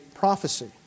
prophecy